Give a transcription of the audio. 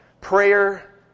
Prayer